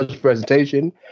presentation